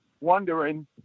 wondering